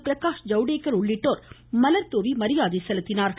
பிரகாஷ் ஜவ்டேகர் உள்ளிட்டோர் மலர்தூவி மரியாதை செலுத்தினர்